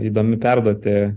įdomi perduoti